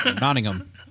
Nottingham